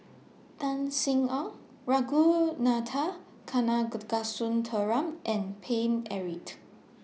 Tan Sin Aun Ragunathar Kanagasuntheram and Paine Eric